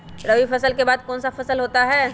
रवि फसल के बाद कौन सा फसल होता है?